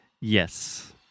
Yes